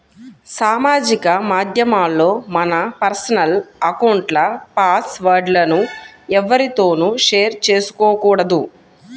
సామాజిక మాధ్యమాల్లో మన పర్సనల్ అకౌంట్ల పాస్ వర్డ్ లను ఎవ్వరితోనూ షేర్ చేసుకోకూడదు